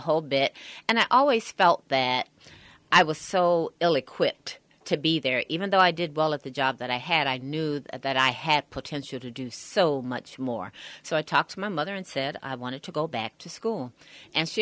whole bit and i always felt that i was so ill equipped to be there even though i did well at the job that i had i knew that i had potential to do so much more so i talked to my mother and said i wanted to go back to school and she